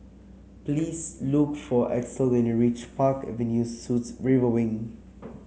please look for Axel when you reach Park Avenue Suites River Wing